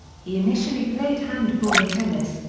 he initially played handball and tennis,